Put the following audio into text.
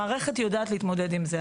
המערכת יודעת להתמודד עם זה.